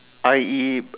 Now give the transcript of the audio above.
I_E